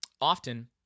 Often